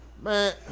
Man